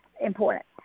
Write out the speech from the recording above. important